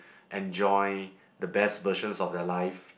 enjoy the best portion of their life